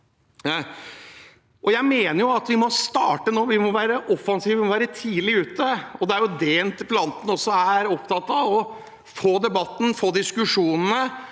Jeg mener at vi må starte nå. Vi må være offensive, vi må være tidlig ute, og det er det interpellanten også er opptatt av: å få debatt, å få diskusjoner,